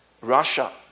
Russia